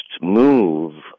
move